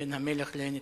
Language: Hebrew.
בין המלך לנתניהו,